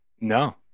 No